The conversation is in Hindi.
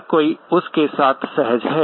हर कोई उस के साथ सहज है